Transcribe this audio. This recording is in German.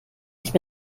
nicht